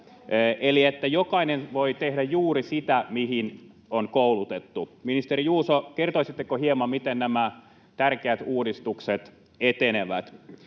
eli että jokainen voi tehdä juuri sitä, mihin on koulutettu. Ministeri Juuso, kertoisitteko hieman, miten nämä tärkeät uudistukset etenevät?